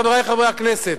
חברי חברי הכנסת,